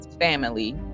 family